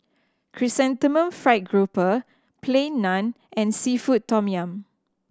Chrysanthemum Fried Grouper Plain Naan and seafood tom yum